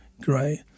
Great